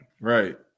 right